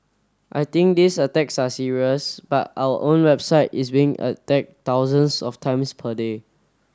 I think these attacks are serious but our own website is being attack thousands of times per day